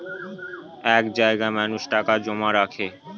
এক জায়গায় মানুষ টাকা জমা রাখে